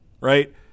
right